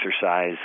exercise